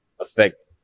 affect